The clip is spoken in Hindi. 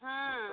हाँ